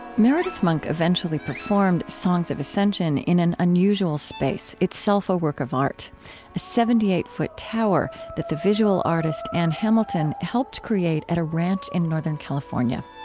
meredith monk eventually performed songs of ascension in an unusual space, itself a work of art a seventy eight foot tower that the visual artist ann hamilton helped create at a ranch in northern california.